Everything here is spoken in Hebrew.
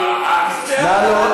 נא,